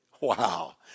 Wow